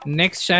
next